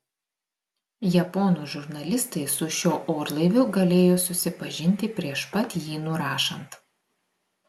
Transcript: japonų žurnalistai su šiuo orlaiviu galėjo susipažinti prieš pat jį nurašant